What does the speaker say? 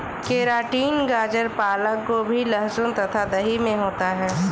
keratin गाजर पालक गोभी लहसुन तथा दही में होता है